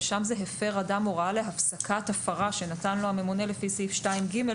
ושם זה: "הפר אדם הוראה להפסקת הפרה שנתן לו הממונה לפי סעיף 2(ג)",